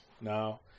Now